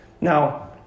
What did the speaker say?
Now